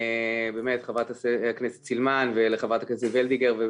באמת, חברת הכנסת סילמן, וחברת הכנסת וולדיגר.